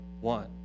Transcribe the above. one